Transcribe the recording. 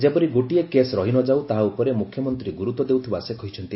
ଯେପରି ଗୋଟିଏ କେସ ରହି ନ ଯାଉ ତାହା ଉପରେ ମୁଖ୍ୟମନ୍ତୀ ଗୁରୁତ୍ୱ ଦେଉଥିବା ସେ କହିଛନ୍ତି